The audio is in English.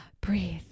breathe